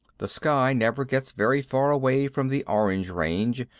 the sky never gets very far away from the orange range,